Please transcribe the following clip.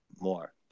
more